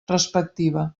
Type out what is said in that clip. respectiva